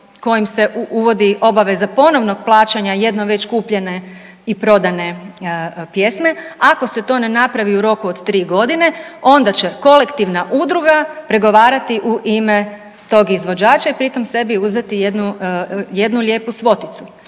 kojim se uvodi obaveza ponovnog plaćanja jednom već kupljene i prodane pjesme, ako se to ne napravi u roku od 3 godine, onda će kolektivna udruga pregovarati u ime tog izvođača i pri tom sebi uzeti jednu lijepu svoticu.